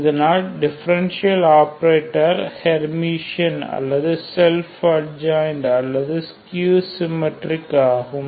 இதனால் differential operator hermitian அல்லது self adjoint அல்லது ஸ்கியூ சிம்மெட்ரிக் ஆகும்